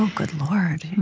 good lord,